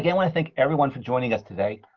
yeah want to thank everyone for joining us today.